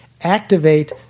activate